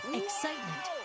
excitement